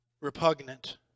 repugnant